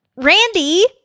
Randy